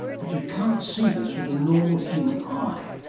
but you can't see this with the normal human eye.